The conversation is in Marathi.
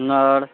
नळ